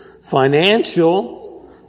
financial